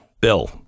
Bill